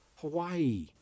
Hawaii